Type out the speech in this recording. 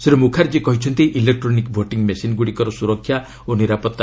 ଶ୍ରୀ ମୁଖାର୍ଜୀ କହିଛନ୍ତି electronic voting ମେସିନ୍ଗ୍ରଡ଼ିକର ସ୍ତରକ୍ଷା ଓ ନିରପାଉ